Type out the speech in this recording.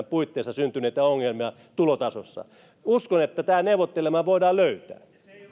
puitteissa syntyneitä ongelmia näitten pienituloisten naisten tulotasossa uskon että tämä neuvottelemalla voidaan löytää